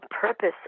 purpose